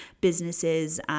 businesses